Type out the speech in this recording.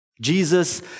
Jesus